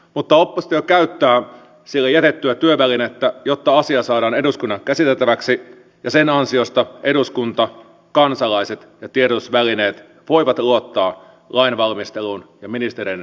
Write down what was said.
mutta oppositio käyttää sille jätettyä työvälinettä jotta asia saadaan eduskunnan käsiteltäväksi ja sen ansiosta eduskunta kansalaiset ja tiedotusvälineet voivat luottaa lainvalmisteluun ja ministereiden sanaan